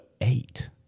eight